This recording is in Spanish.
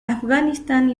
afganistán